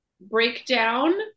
Breakdown